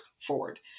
forward